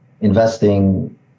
Investing